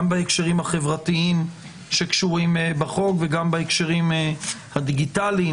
גם בהקשרים החברתיים שקשורים בחוק וגם בהקשרים הדיגיטליים,